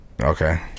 Okay